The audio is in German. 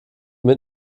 mit